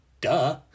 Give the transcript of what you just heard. duh